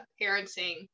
parenting